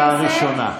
אני תמיד אומר את האמת,